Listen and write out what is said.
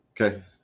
Okay